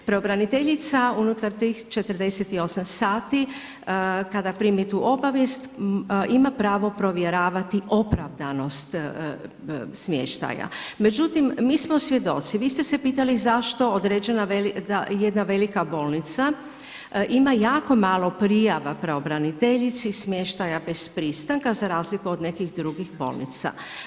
Pravobraniteljica unutar tih 48 sati kada primi tu obavijest ima pravo provjeravati opravdanost smještaja, međutim mi smo svjedoci, vi ste se pitali zašto određena jedna velika bolnica ima jako malo prijava pravobraniteljici smještaja bez pristanka za razliku od nekih drugih bolnica.